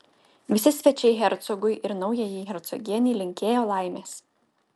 visi svečiai hercogui ir naujajai hercogienei linkėjo laimės